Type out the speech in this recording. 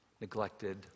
neglected